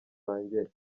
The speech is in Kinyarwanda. wanjye